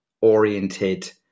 oriented